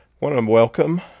welcome